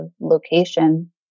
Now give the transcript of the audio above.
location